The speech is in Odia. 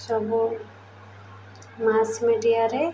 ସବୁ ମାସ୍ ମିଡ଼ିଆରେ